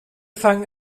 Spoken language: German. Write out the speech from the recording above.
fangen